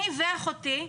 אני ואחותי,